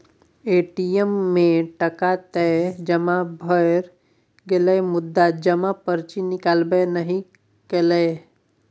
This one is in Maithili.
ए.टी.एम मे टका तए जमा भए गेलै मुदा जमा पर्ची निकलबै नहि कएलै